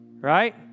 Right